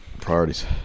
Priorities